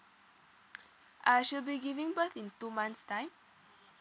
ah she will be giving birth in two months time